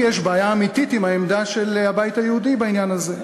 לי יש בעיה אמיתית עם העמדה של הבית היהודי בעניין הזה,